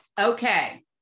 okay